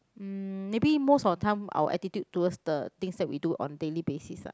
um maybe most of the time our attitude towards the things that we do on daily basis ah